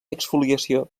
exfoliació